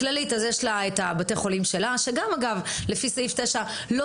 לכללית יש את בתי החולים שלה שגם לפי סעיף 9 לא